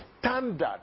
Standard